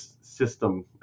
system